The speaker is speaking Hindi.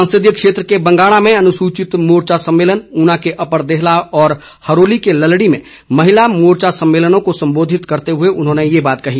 संसदीय क्षेत्र के बंगाणा में अनुसूचित मोर्चा सम्मेलन ऊना के अपर देहला में और हरोली के ललड़ी में महिला मोर्चा सम्मेलनों को संबोधित करते हुए उन्होंने ये बात कही